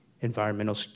environmental